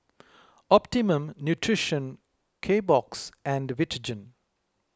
Optimum Nutrition Kbox and Vitagen